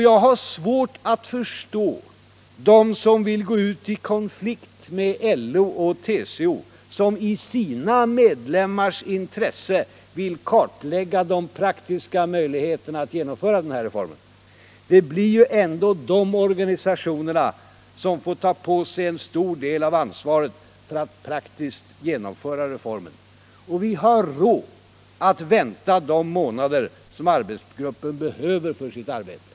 Jag har svårt att förstå dem som vill gå ut i konflikt med LO och TCO, vilka i sina medlemmars intresse vill kartlägga de praktiska möjligheterna att genomföra reformen. Det blir ändå dessa organisationer som får ta på sig en stor del av ansvaret för att praktiskt genomföra reformen. Vi har råd att vänta de månader som arbetsgruppen behöver för sitt arbete.